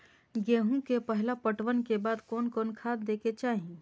गेहूं के पहला पटवन के बाद कोन कौन खाद दे के चाहिए?